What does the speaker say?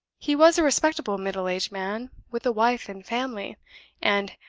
he was a respectable middle-aged man, with a wife and family and,